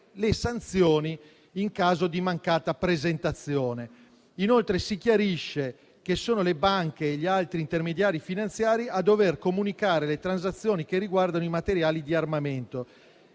le sanzioni in caso di mancata presentazione. Inoltre, si chiarisce che sono le banche e gli altri intermediari finanziari a dover comunicare le transazioni che riguardano i materiali di armamento.